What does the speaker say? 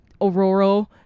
Aurora